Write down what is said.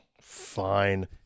Fine